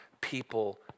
people